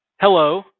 Hello